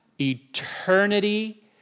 Eternity